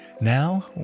now